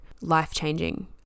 life-changing